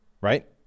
right